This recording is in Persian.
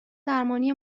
درمانی